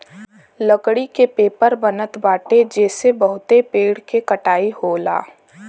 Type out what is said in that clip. लकड़ी के पेपर बनत बाटे जेसे बहुते पेड़ के कटाई होला